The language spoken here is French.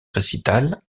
récitals